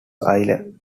island